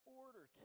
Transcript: order